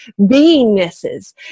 beingnesses